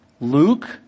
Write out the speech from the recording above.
Luke